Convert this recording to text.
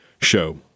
show